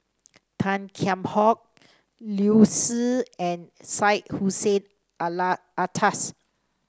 Tan Kheam Hock Liu Si and Syed Hussein Alatas